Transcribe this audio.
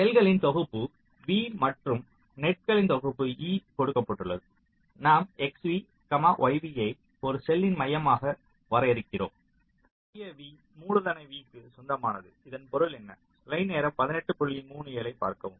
செல்களின் தொகுப்பு V மற்றும் நெட்களின் தொகுப்பு E கொடுக்கப்பட்டுள்ளது நாம் xv yv ஐ ஒரு செல்லின் மையமாக வரையறுக்கிறோம் இருக்க வேண்டும் சொந்தமானது இதைப் பார்க்கவும் சின்னம் வரவில்லை சிறிய v மூலதன V க்கு சொந்தமானது